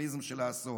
הקפיטליזם של האסון".